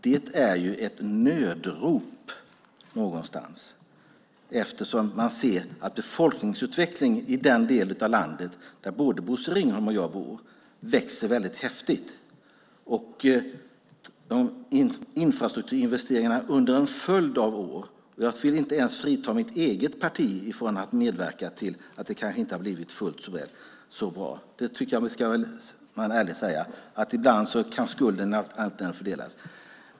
Det är ett nödrop eftersom man ser att befolkningen i den del av landet där både Bosse Ringholm och jag bor växer kraftigt. Det handlar om infrastrukturinvesteringar under en följd av år. Jag vill inte frita ens mitt eget parti från att ha medverkat till att det inte har blivit så bra. Det ska man vara ärlig och säga. Ibland kan skulden fördelas.